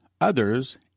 others